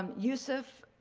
um yosef